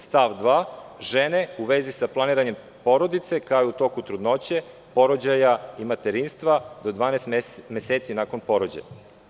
Stav 2. - žene u vezi sa planiranjem porodice, kao i u toku trudnoće, porođaja i materinstva do 12 meseci nakon porođaja.